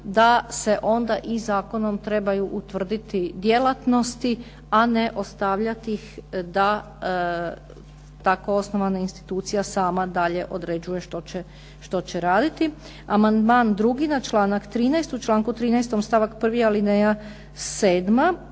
da se onda i zakonom trebaju utvrditi djelatnosti, a ne ostavljati ih da tako osnovana institucija sama dalje određuje što će raditi. Amandman 2. na članak 13. u članku 13. stavak 1., alineja 7.